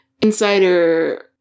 insider